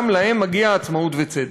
גם להם מגיע עצמאות וצדק,